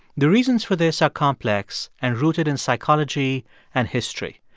the reasons for this are complex and rooted in psychology and history.